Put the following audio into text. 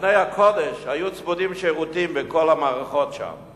לאבני הקודש היו צמודים שירותים בכל המערכות שם.